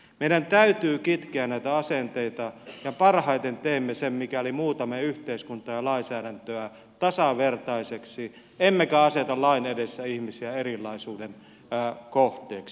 meidän täytyy kitkeä näitä asenteita ja parhaiten teemme sen mikäli muutamme yhteiskuntaa ja lainsäädäntöä tasavertaiseksi emmekä aseta lain edessä ihmisiä erilaisuuden kohteeksi